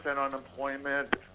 unemployment